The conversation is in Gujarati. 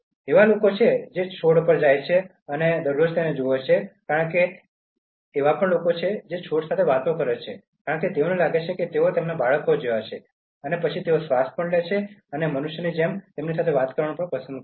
એવા લોકો છે જે છોડ પાસે જાય છે તેઓ તેમને દરરોજ જુએ છે કારણ કે ત્યાં એવા લોકો છે જે છોડ સાથે વાત કરે છે કારણ કે તેઓને લાગે છે કે તેઓ તેમના બાળકો જેવા છે અને પછી તેઓ શ્વાસ લે છે અને તેઓ મનુષ્યને જવું અને તેમની સાથે વાત કરવાનું પસંદ કરે છે